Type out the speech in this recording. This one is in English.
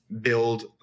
build